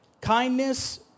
kindness